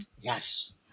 Yes